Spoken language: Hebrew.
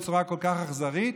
בצורה כל כך אכזרית?